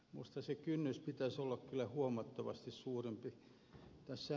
minusta sen kynnyksen pitäisi olla kyllä huomattavasti suurempi